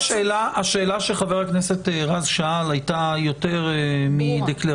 -- השאלה שחבר הכנסת רז שאל הייתה יותר מדקלרציה,